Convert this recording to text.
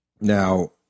Now